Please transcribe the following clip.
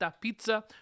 pizza